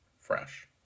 fresh